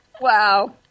Wow